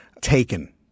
taken